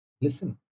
listen